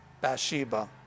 Bathsheba